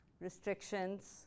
restrictions